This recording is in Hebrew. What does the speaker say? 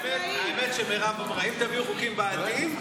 האמת שמירב אמרה: אם תביאו חוקיים בעייתיים,